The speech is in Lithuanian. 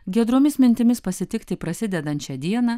giedromis mintimis pasitikti prasidedančią dieną